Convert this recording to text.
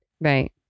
Right